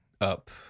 up